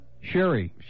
Sherry